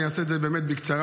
אני אעשה את זה באמת בקצרה,